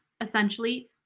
essentially